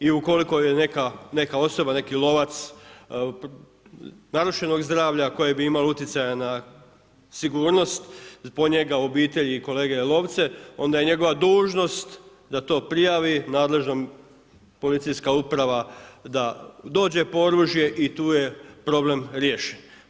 I ukoliko je neka osoba, neki lovac narušenog zdravlja koje bi imalo utjecaja na sigurnost zbog njega obitelji i kolege lovce, onda je njegova dužnost da to prijavi nadležnom policijska uprava da dođe po oružje i tu je problem riješen.